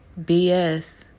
BS